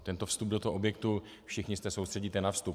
Tento vstup do objektu všichni se soustředíte na vstup.